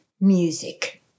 music